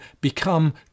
become